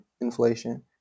inflation